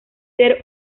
ser